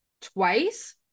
twice